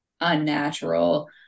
unnatural